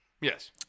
yes